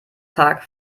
tag